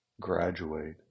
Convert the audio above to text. graduate